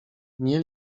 nie